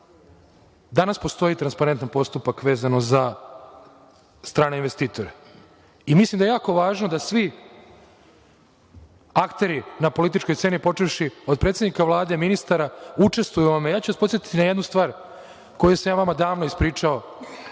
danas postoji transparentan postupak vezano za strane investitore. Mislim da je jako važno da svi akteri na političkoj sceni, počevši od predsednika Vlade, ministara, učestvuju u ovome. Ja ću vas podsetiti na jednu stvar koju sam ja vama davno ispričao.